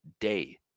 day